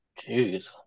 Jeez